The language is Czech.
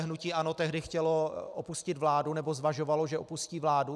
Hnutí ANO dokonce tehdy chtělo opustit vládu, nebo zvažovalo, že opustí vládu.